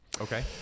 Okay